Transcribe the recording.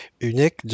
unique